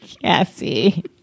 Cassie